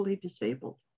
disabled